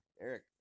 eric